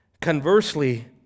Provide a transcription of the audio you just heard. Conversely